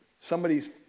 somebody's